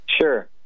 Sure